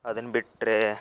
ಅದನ್ನು ಬಿಟ್ಟರೆ